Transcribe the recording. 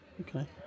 Okay